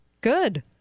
Good